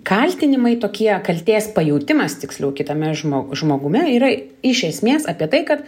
kaltinimai tokie kaltės pajautimas tiksliau kitame žmo žmogumi yra iš esmės apie tai kad